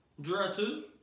dresses